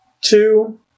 two